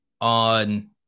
on